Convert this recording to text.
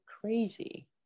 crazy